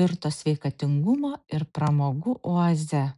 virto sveikatingumo ir pramogų oaze